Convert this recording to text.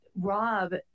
Rob